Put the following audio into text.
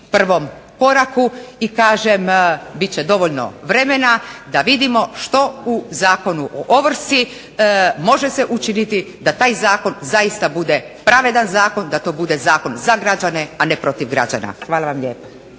prvom koraku. I kažem, bit će dovoljno vremena da vidimo što u Zakonu o ovrsi može se učiniti da taj zakon zaista bude pravedan zakon, da to bude zakon za građane, a ne protiv građana. Hvala vam lijepa.